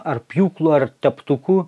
ar pjūklu ar teptuku